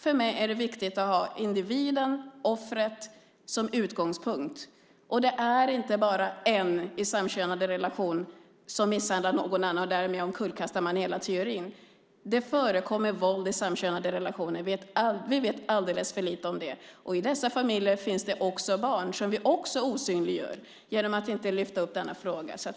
För mig är det viktigt att ha individen, offret, som utgångspunkt. Det är inte bara en i en samkönad relation som misshandlar någon annan och därmed kullkatsar hela teorin. Det förekommer våld i samkönade relationer. Vi vet alldeles för lite om det. I dessa familjer finns det också barn, som vi också osynliggör genom att vi inte lyfter upp denna fråga.